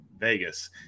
Vegas